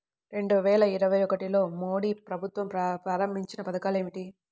రెండు వేల ఇరవై ఒకటిలో మోడీ ప్రభుత్వం ప్రారంభించిన పథకాలు ఏమిటీ?